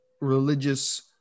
religious